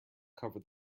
cover